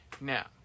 Now